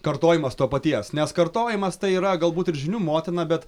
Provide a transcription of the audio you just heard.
kartojimas to paties nes kartojimas tai yra galbūt ir žinių motina bet